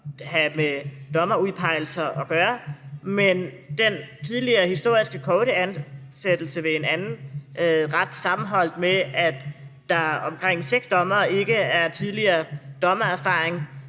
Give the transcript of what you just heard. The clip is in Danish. have med dommerudpegelser at gøre. Men den tidligere historisk korte ansættelse ved en anden ret sammenholdt med, at der blandt seks dommere ikke er tidligere dommererfaring,